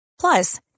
plus